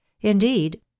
Indeed